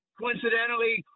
coincidentally